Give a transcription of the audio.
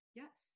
yes